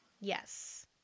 Yes